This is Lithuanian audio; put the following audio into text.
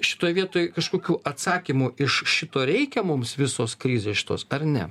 šitoj vietoj kažkokių atsakymų iš šito reikia mums visos krizės šitos ar ne